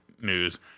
news